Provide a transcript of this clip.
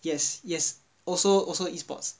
yes yes also also e-sports